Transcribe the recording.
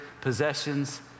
possessions